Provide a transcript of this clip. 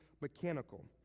mechanical